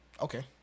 Okay